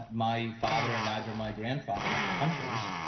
my father and either my grandfathers were hunters,